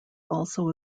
also